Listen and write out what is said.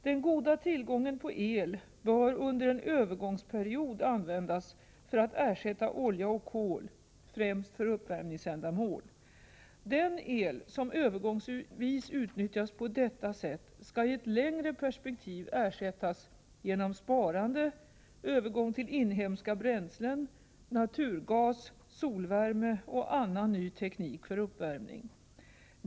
Den goda tillgången på el bör under en övergångsperiod användas för att ersätta olja och kol, främst för uppvärmningsändamål. Den el som övergångsvis utnyttjas på detta sätt skall i ett längre perspektiv ersättas genom sparande, övergång till inhemska bränslen, naturgas, solvärme och annan ny teknik för uppvärmning.